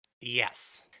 Yes